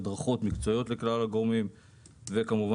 הדרכות מקצועיות לכלל הגורמים וכמובן